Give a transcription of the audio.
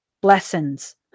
blessings